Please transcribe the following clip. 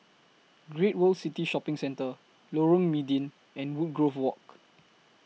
Great World City Shopping Centre Lorong Mydin and Woodgrove Walk